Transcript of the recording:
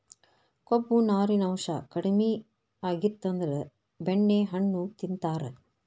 ಕೊಬ್ಬು, ನಾರಿನಾಂಶಾ ಕಡಿಮಿ ಆಗಿತ್ತಂದ್ರ ಬೆಣ್ಣೆಹಣ್ಣು ತಿಂತಾರ